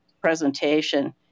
presentation